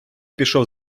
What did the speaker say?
пішов